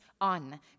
on